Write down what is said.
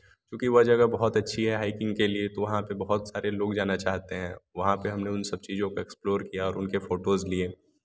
क्योंकि वह जगह बहुत अच्छी है हाईकिंग के लिए तो वहाँ पर बहुत सारे लोग जाना चाहते हैं वहाँ पर हमने उन सब चीज़ों का एक्स्प्लोर किया और उनके फोटोज़ लिए